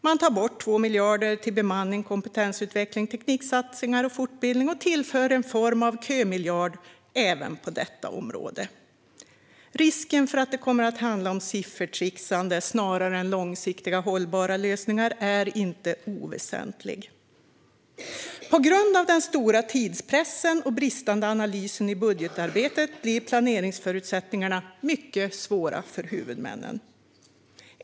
Man tar bort 2 miljarder till bemanning, kompetensutveckling, tekniksatsningar och fortbildning och tillför en form av kömiljard även på detta område. Risken för att det kommer att handla om siffertrixande, snarare än långsiktiga, hållbara lösningar, är inte oväsentlig. På grund av den stora tidspressen och den bristande analysen i budgetarbetet blir planeringsförutsättningarna mycket svåra för huvudmännen.